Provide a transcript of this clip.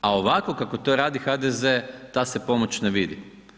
A ovako kako to radi HDZ ta se pomoć ne vidi.